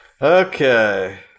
Okay